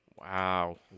Wow